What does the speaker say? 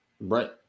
right